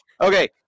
Okay